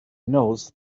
knows